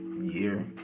year